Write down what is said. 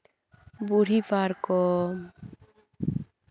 ᱵᱩᱲᱦᱤ ᱯᱟᱨᱠᱚᱢ